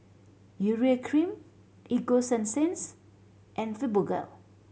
Urea Cream Ego Sunsense and Fibogel